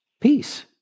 peace